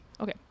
okay